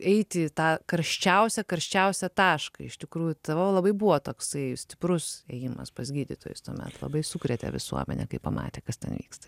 eiti į tą karščiausią karščiausią tašką iš tikrųjų tavo labai buvo toksai stiprus ėjimas pas gydytojus tuomet labai sukrėtė visuomenę kai pamatė kas ten vyksta